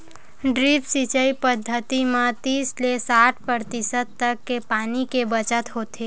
drip सिंचई पद्यति म तीस ले साठ परतिसत तक के पानी के बचत होथे